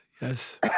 yes